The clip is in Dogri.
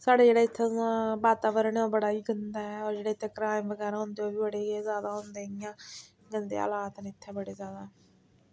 साढ़े जेह्ड़ा इत्थें दा वातावरण ऐ ओह् बड़ा ई गै गंदा ऐ होर जेह्ड़े इत्थै क्राईम बगैरा होंदे ओह् बी बड़े ज्यादा होंदे इ'यां गंदे हालात न इत्थै बड़े ज्यादा